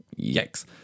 Yikes